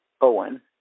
Owen